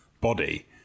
body